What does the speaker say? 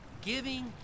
giving